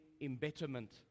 embitterment